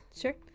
sure